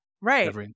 right